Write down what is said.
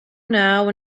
now